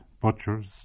butchers